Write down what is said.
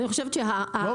מה